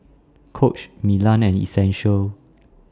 Coach Milan and Essential